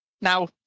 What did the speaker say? Now